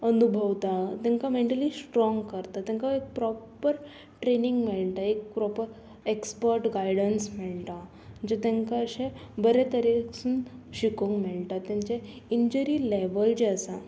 अनुभवता तेंका mentally strong करता तेंका एक प्रोपर ट्रेनींग मेळटा एक प्रोपर एक्सपर्ट गायडन्स मेळटा जे तेंकां अशें बरें तरेकसून शिकोंक मेळटा तेंचे इंजरी लेवल जे आसा